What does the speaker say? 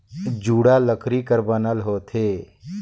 जुड़ा लकरी कर बनल होथे